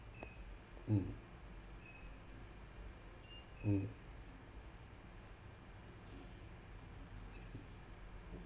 mm mm